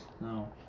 No